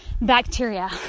bacteria